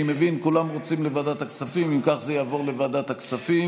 אני מבין שכולם רוצים לוועדת הכספים.